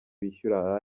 bishyura